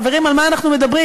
חברים, על מה אנחנו מדברים?